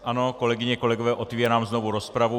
Ano, kolegyně a kolegové, otevírám znovu rozpravu.